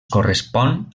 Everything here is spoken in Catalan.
correspon